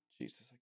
jesus